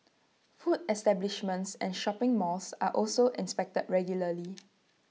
food establishments and shopping malls are also inspected regularly